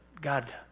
God